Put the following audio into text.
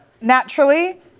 Naturally